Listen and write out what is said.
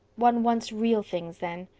one wants real things then.